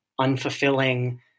unfulfilling